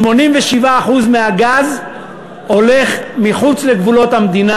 87% מהגז הולך מחוץ לגבולות המדינה,